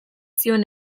zion